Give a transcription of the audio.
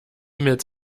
mails